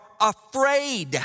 afraid